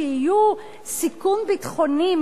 שיהיו סיכון ביטחוני.